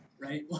right